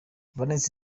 valens